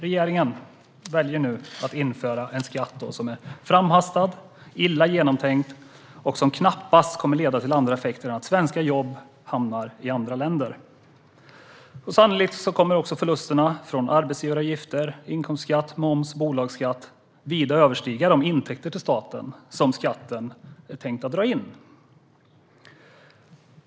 Regeringen väljer nu att införa en skatt som är framhastad, illa genomtänkt och som knappast kommer att leda till andra effekter än att svenska jobb hamnar i andra länder. Sannolikt kommer också förlusterna från arbetsgivaravgifter, inkomstskatt, moms och bolagsskatt att vida överstiga de intäkter till staten som skatten är tänkt att dra in.